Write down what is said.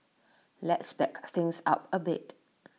let's back things up A bit